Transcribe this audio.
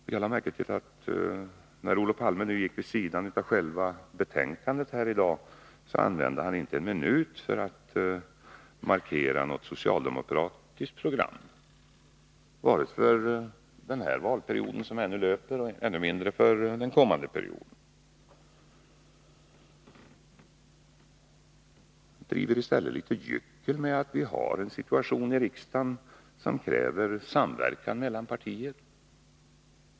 Jag lade märke till att när Olof Palme nu gick vid sidan av själva betänkandet här i dag, använde han inte en minut för att markera något socialdemokratiskt program, vare sig för den valperiod som ännu löper eller, ännu mindre, för den kommande perioden. Han driver i stället litet gyckel med att vi har en situation i riksdagen som kräver samverkan mellan partier.